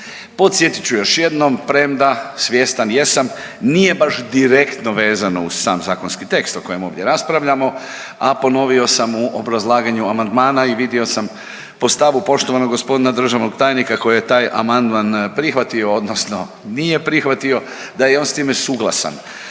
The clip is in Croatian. Podsjetit ću još jednom premda svjestan jesam nije baš direktno vezano uz sam zakonski tekst o kojem ovdje raspravljamo, a ponovio sam u obrazlaganju amandmana i vidio sam po stavu poštovanog gospodina državnog tajnika koji je taj amandman prihvatio odnosno nije prihvatio da je on s time suglasan.